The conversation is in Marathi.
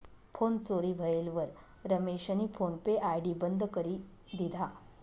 फोन चोरी व्हयेलवर रमेशनी फोन पे आय.डी बंद करी दिधा